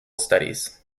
studies